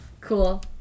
Cool